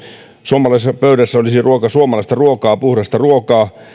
suomalaisessa pöydässä olisi ruoka suomalaista ruokaa puhdasta ruokaa